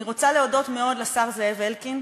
אני רוצה להודות מאוד לשר זאב אלקין,